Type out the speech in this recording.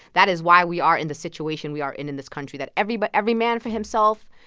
that is why we are in the situation we are in in this country. that every but every man for himself,